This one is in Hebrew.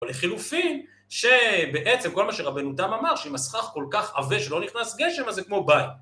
או לחילופין, שבעצם כל מה שרבנו תם אמר שאם הסכך כל כך עבה שלא נכנס גשם אז זה כמו בית.